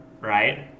right